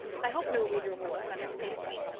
i hope no reader will misunderstand me.